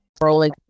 rolling